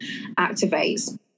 activates